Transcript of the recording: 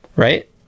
Right